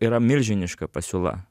yra milžiniška pasiūla